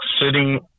sitting